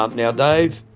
um now dave,